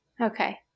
Okay